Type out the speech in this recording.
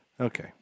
Okay